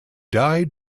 died